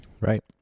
Right